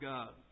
God